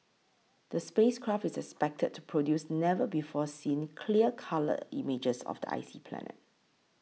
the space craft is expected to produce never before seen clear colour images of the icy planet